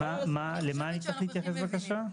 למה אני צריך להתייחס בקשה?